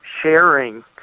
sharing